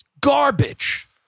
Garbage